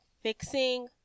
fixing